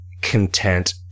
content